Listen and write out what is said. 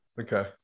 Okay